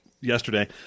yesterday